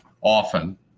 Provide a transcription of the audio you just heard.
often